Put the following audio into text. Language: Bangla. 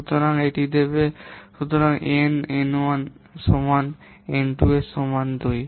সুতরাং এটি দেবে সুতরাং N N 1 সমান N 2 সমান 2